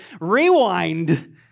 rewind